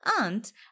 Aunt